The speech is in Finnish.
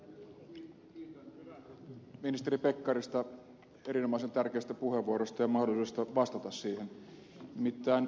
kiitän ministeri pekkarista erinomaisen tärkeästä puheenvuorosta ja mahdollisuudesta vastata siihen